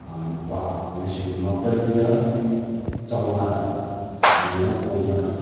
ꯂꯨꯄꯥ ꯂꯤꯁꯤꯡ ꯃꯥꯄꯜꯒ ꯆꯥꯝꯃꯉꯥꯗ ꯑꯩꯅ ꯌꯥꯝ ꯀꯣꯝꯅ